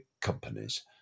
companies